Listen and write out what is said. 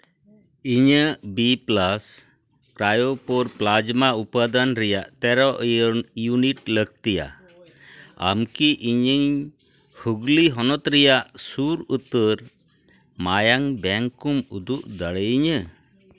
ᱤᱧᱟᱹᱜ B plus cryo poor plasma ᱤᱯᱟᱫᱟᱱ ᱨᱮᱭᱟᱜ ᱛᱮᱨᱳ ᱤᱭᱩᱱᱤᱴ ᱞᱟᱹᱜᱛᱤᱭᱟ ᱟᱢᱠᱤ ᱤᱧᱤᱧ ᱦᱩᱜᱽᱞᱤ ᱦᱚᱱᱚᱛ ᱨᱮᱭᱟᱜ ᱥᱩᱨ ᱩᱛᱟᱹᱨ ᱢᱟᱭᱟᱝ ᱵᱮᱝᱠ ᱠᱚᱢ ᱩᱫᱩᱜ ᱫᱟᱲᱮᱭᱤᱧᱟᱹ